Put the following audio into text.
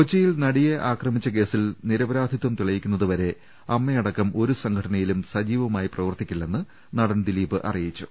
കൊച്ചിയിൽ നടിയെ ആക്രമിച്ച കേസിൽ നിരപരാധിത്വം തെളി യിക്കുന്നത് വരെ അമ്മ അടക്കം ഒരു സംഘടനയിലും സജീവമായി പ്രവർത്തിക്കില്ലെന്ന് നടൻ ദിലീപ് അറിയിച്ചു